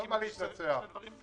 תסכים איתי שאלה שני דברים שונים.